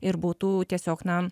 ir būtų tiesiog na